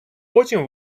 потім